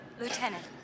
Lieutenant